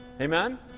Amen